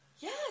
Yes